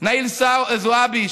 נאיל זועבי,